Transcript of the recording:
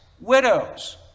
widows